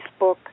facebook